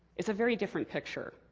it's a very different picture.